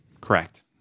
Correct